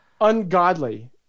ungodly